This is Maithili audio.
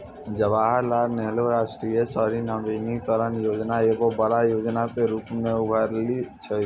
जवाहरलाल नेहरू राष्ट्रीय शहरी नवीकरण योजना एगो बड़ो योजना के रुपो मे उभरलो छै